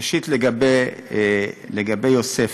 ראשית, לגבי יוסף